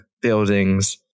buildings